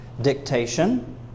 dictation